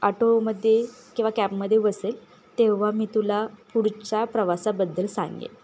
ऑटोमध्ये किंवा कॅबमध्ये बसेल तेव्हा मी तुला पुढच्या प्रवासाबद्दल सांगेल